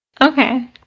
Okay